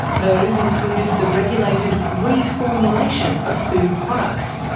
those included the regulated re-formulation of food products,